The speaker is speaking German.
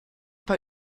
bei